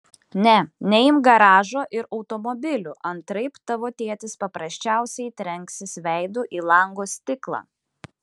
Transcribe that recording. ne neimk garažo ir automobilių antraip tavo tėtis paprasčiausiai trenksis veidu į lango stiklą